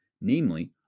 namely